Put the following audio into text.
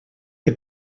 que